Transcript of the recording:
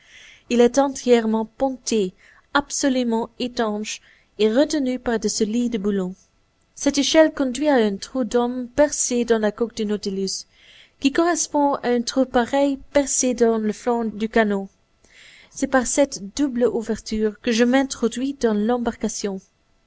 il est entièrement ponté absolument étanche et retenu par de solides boulons cette échelle conduit à un trou d'homme percé dans la coque du nautilus qui correspond à un trou pareil percé dans le flanc du canot c'est par cette double ouverture que je m'introduis dans l'embarcation